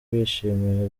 bishimiye